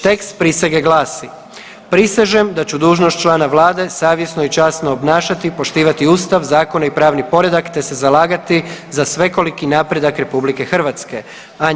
Tekst prisege glasi: „Prisežem da ću dužnost člana Vlade savjesno i časno obnašati, poštivati Ustav, zakone i pravni poredak te se zalagati za svekoliki napredak Republike Hrvatske.